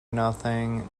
nothing